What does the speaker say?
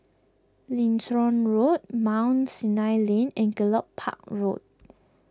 Lincoln Road Mount Sinai Lane and Gallop Park Road